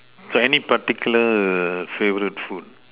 so any particular favorite food